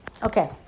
Okay